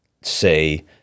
say